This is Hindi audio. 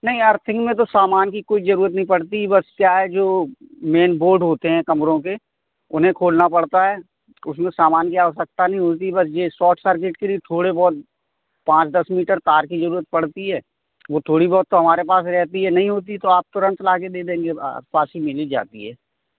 नई अर्थिंग में तो सामान की कोई ज़रूरत नहीं पड़ती बस क्या है जो मेन बोर्ड होते हैं कमरों के उन्हें खोलना पड़ता है उस में सामान की आवश्यकता नहीं उसी बस ये है सॉर्ट सर्किट के लिए थोड़ी बहुत पाँच दस मीटर तार की ज़रूरत पड़ती है वो थोड़ी बहुत तो हमारे पास रहती है नहीं होती तो आप तुरंत ला के दे देंगे आस पास ही मिल ही जाती है